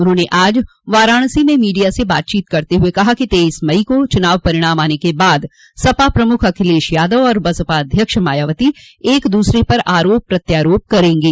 उन्होंने आज वाराणसी में मीडिया से बात करते हुए कहा कि तेईस मई को चुनाव परिणाम आने के बाद सपा प्रमुख अखिलेश यादव और बसपा अध्यक्ष मायावती एक दूसरे पर आरोप प्रत्यारोप करेंगे